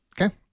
Okay